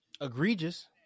egregious